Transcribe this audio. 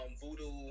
voodoo